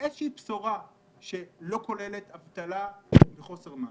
ואיזושהי בשורה שלא כוללת אבטלה וחוסר מעש.